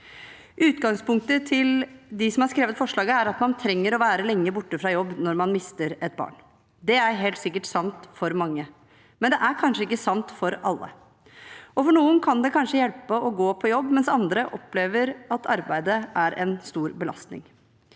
Utgangspunktet til dem som har skrevet forslaget, er at man trenger å være lenge borte fra jobb når man mister et barn. Det er helt sikkert sant for mange, men det er kanskje ikke sant for alle. For noen kan det kanskje hjelpe å gå på jobb, mens andre opplever at arbeidet er en stor belastning.